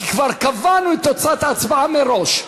כי כבר קבענו את תוצאת ההצבעה מראש.